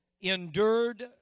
endured